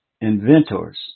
inventors